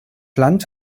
land